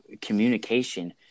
communication